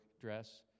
dress